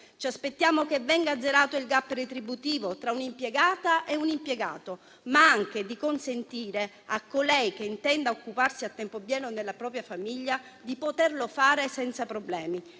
Ci aspettiamo che venga azzerato il *gap* retributivo tra un'impiegata e un impiegato, ma anche di consentire a colei che intenda occuparsi a tempo pieno della propria famiglia di poterlo fare senza problemi,